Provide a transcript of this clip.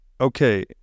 Okay